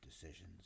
decisions